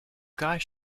guys